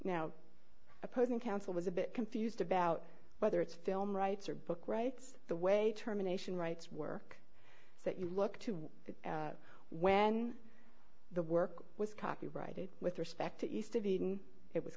now opposing counsel was a bit confused about whether it's film rights or book rights the way terminations rights work that you look to when the work was copyrighted with respect to east of eden it was